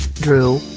dru,